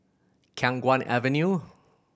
Khiang Guan Avenue